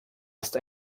ist